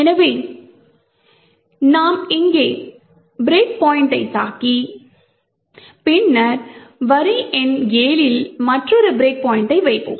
எனவே நாங்கள் இங்கே பிரேக் பாயிண்ட்டைத் தாக்கி பின்னர் வரி எண் 7 இல் மற்றொரு பிரேக் பாயிண்டை வைப்போம்